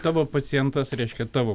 tavo pacientas reiškia tavo